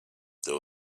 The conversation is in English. there